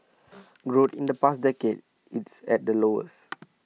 growth in the past decade its at the lowest